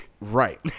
Right